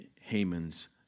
Haman's